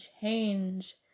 change